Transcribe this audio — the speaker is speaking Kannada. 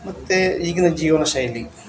ಮತ್ತು ಈಗಿನ ಜೀವನಶೈಲಿ